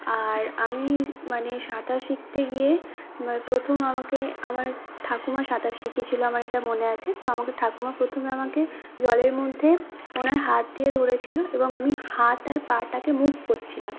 আর আমি মানে সাঁতার শিখতে গিয়ে প্রথম আমাকে আমার ঠাকুমা সাঁতার শিখিয়েছিল আমার এটা মনে আছে তো আমাকে ঠাকুমা প্রথমে আমাকে জলের মধ্যে ওনার হাত দিয়ে ধরে ছিল এবং আমি হাত আর পাটাকে মুভ করছিলাম